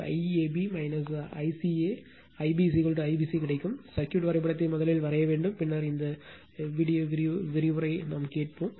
Ia IAB ICA Ib IBC கிடைக்கும் circuit வரைபடத்தை முதலில் வரைய வேண்டும் பின்னர் இந்த வீடியோ விரிவுரை நாம் கேட்போம்